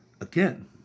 Again